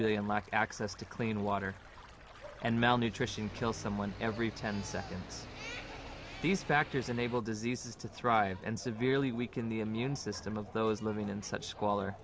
billion lack access to clean water and malnutrition kill someone every ten seconds these factors enable diseases to thrive and severely weaken the immune system of those living in such squalor